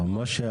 לא, מה שהיה,